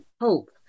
hope